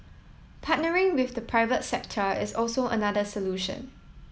partnering with the private sector is also another solution